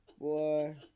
Boy